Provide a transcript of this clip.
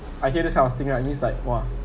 I hear this kind of thing right means like !wah!